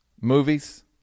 Movies